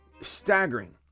staggering